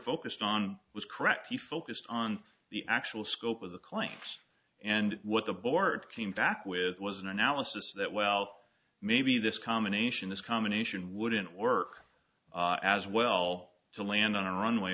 focused on was correct he focused on the actual scope of the climax and what the board came back with was an analysis that well maybe this combination this combination wouldn't work as well to land on a runway